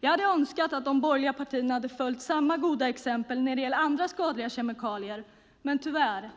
Jag hade önskat att de borgerliga partierna hade följt samma goda exempel när det gäller andra skadliga kemikalier. Men så är det tyvärr inte.